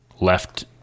left